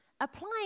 Applying